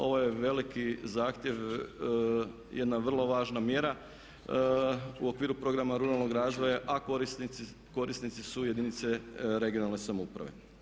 Ovo je veliki zahtjev, jedna vrlo važna mjera u okviru programa ruralnog razvoja a korisnici su jedinice regionalne samouprave.